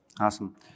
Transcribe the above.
Awesome